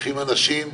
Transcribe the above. לוקחים אנשים,